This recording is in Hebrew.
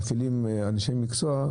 מפעילים אנשי מקצוע,